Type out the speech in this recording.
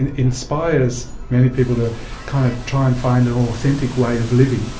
and inspires many people to kind of try and find an authentic way of living.